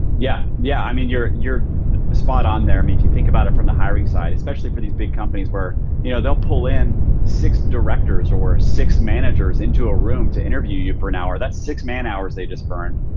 yeah, yeah. i mean you're you're spot on there. i mean, if you think about it from the hiring side. especially for these big companies where you know they'll pull in six directors or six managers into a room to interview you for an hour. that's six man-hours they just burned.